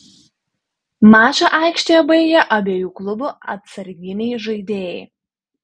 mačą aikštėje baigė abiejų klubų atsarginiai žaidėjai